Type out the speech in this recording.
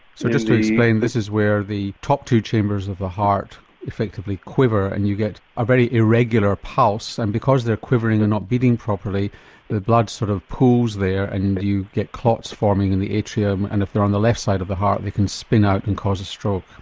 so just to explain, this is where the top two chambers of the heart effectively quiver and you get a very irregular pulse and because they're quivering and not beating properly the blood sort of pools there and you get clots forming in the atria um and if they're on the left side of the heart they can spin out and cause a stroke.